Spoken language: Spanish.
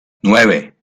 nueve